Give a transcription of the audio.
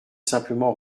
simplement